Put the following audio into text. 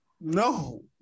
No